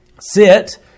sit